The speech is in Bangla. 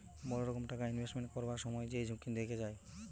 বড় রকম টাকা ইনভেস্টমেন্ট করবার সময় যেই ঝুঁকি থেকে যায়